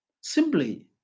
Simply